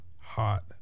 Hot